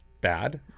bad